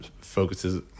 focuses